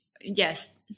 Yes